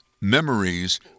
Memories